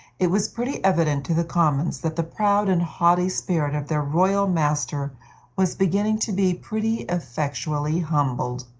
it was pretty evident to the commons that the proud and haughty spirit of their royal master was beginning to be pretty effectually humbled.